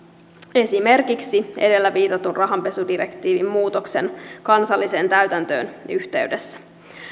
esimerkiksi edellä viitatun rahanpesudirektiivin muutoksen kansallisen täytäntöönpanon yhteydessä